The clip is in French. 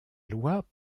loi